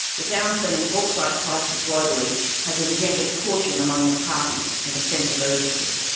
the downturn in bauxite prices globally has engendered caution among the parties and a sense of urgency.